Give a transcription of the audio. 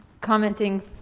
commenting